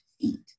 feet